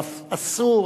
אבל אסור,